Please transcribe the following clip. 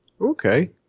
Okay